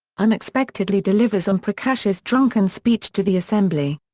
unexpectedly delivers om prakash's drunken speech to the assembly.